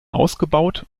ausgebaut